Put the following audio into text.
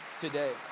today